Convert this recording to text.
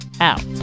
out